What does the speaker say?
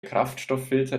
kraftstofffilter